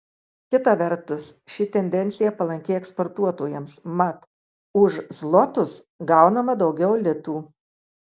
kita vertus ši tendencija palanki eksportuotojams mat už zlotus gaunama daugiau litų